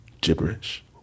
gibberish